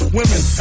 women